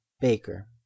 baker